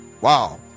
Wow